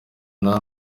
nta